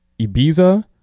ibiza